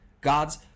God's